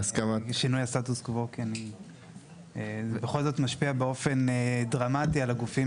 זה בכל זאת משפיע באופן דרמטי על הגופים